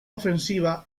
ofensiva